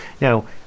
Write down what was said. now